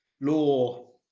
law